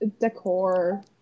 decor